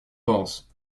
penses